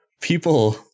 People